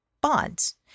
bonds